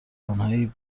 آنهایی